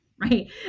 right